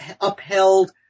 upheld